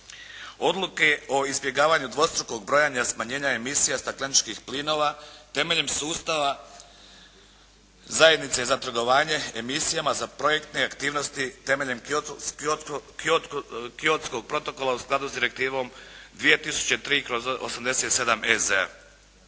Odluke o izbjegavanju dvostrukog brojanja smanjenja emisija stakleničkih plinova temeljem sustava zajednice za trgovanje, emisijama za projektne aktivnosti temeljem Kyotskog protkola u skladu s direktivom 2003/87 EZ.